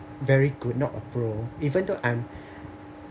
very good not a pro even though I'm